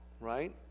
right